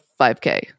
5k